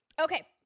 Okay